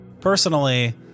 Personally